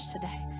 today